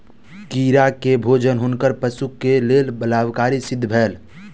कीड़ा के भोजन हुनकर पशु के लेल लाभकारी सिद्ध भेल